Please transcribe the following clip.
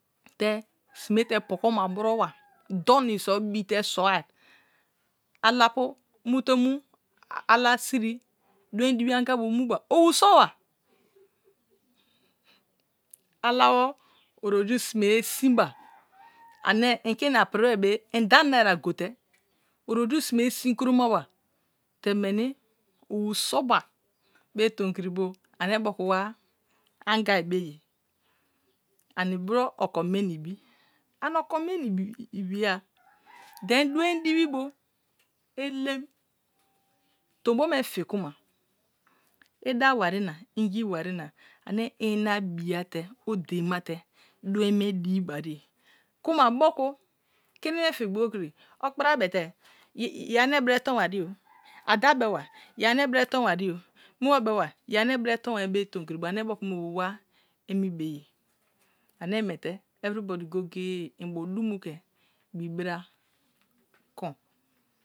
Te sime te boko ma burm ba doni so bite. smai, alapu me te me ala siri, ducin diwi anga bu mu ba owarowa alawo otoju simeye simba ane inke ina prinse be inda naira gute otojar sinmeye sin kuroma ba te mens owar soba be tomkiritou ame boku wa angan be ye, ani bro oke mie na bi? Ane oko mie na twige. Then ducin dini. bu elem tombo me fikuma idawaring unge warina ane ina bija te o deinmal te drein me divi bare kuma mokri kini me fi gboikiti okpra bite yen are bre ton wariyo, ada beba yeri and pire ton wanyo mibo bequa yeri are bre ton wari tounkini ane boku me bo wa aunibeye, ane milte everybody moku inbo dunnio ke ibibra kon.